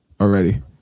already